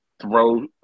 Throw